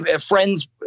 friends